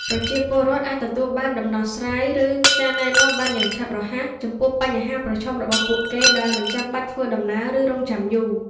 ប្រជាពលរដ្ឋអាចទទួលបានដំណោះស្រាយ ឬការណែនាំបានយ៉ាងឆាប់រហ័សចំពោះបញ្ហាប្រឈមរបស់ពួកគេ ដោយមិនចាំបាច់ធ្វើដំណើរ ឬរង់ចាំយូរ។